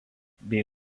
bei